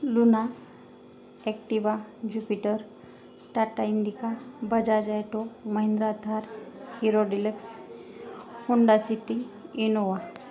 Luna Activa Jupiter Tata Indica Bajaj auto Mahindra Thar Hero Deluxe Honda City Innova